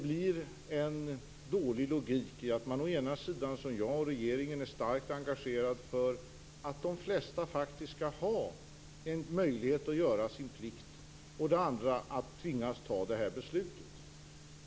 Det är en dålig logik att å ena sidan, som jag och regeringen, vara starkt engagerad för att de flesta faktiskt skall ha möjlighet att göra sin plikt och att å andra sidan tvingas fatta det här beslutet.